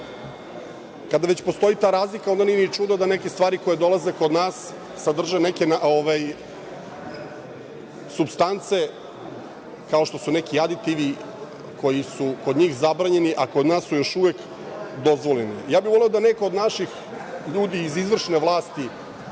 već postoji ta razlika, onda nije ni čudo da neke stvari koje dolaze kod nas sadrže neke supstance kao što su neki aditivi koji su kod njih zabranjeni, a kod nas su još uvek dozvoljeni. Voleo bih da neko od naših ljudi iz izvršne vlasti